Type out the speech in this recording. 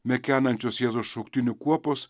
mekenančios jėzaus šauktinių kuopos